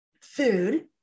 food